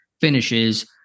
finishes